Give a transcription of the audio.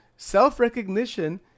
Self-recognition